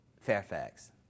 Fairfax